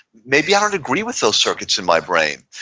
maybe i don't agree with those circuits in my brain.